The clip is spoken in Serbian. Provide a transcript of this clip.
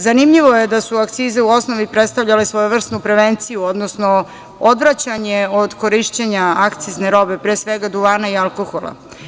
Zanimljivo je da su akcize u osnovi predstavljale svojevrsnu prevenciju, odnosno odvraćanje od korišćenja akcizne robe, pre svega duvana i alkohola.